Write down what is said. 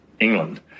England